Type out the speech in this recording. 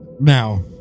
Now